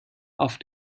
auf